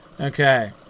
Okay